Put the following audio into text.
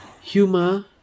humor